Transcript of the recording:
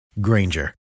Granger